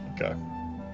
Okay